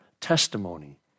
testimony